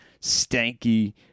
stanky